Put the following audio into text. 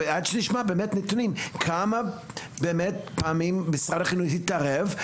ועד שנשמע באמת נתונים כמה פעמים באמת משרד החינוך התערב,